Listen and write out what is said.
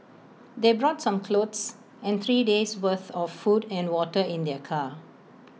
they brought some clothes and three days' worth of food and water in their car